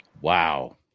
Wow